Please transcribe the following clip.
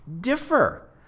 differ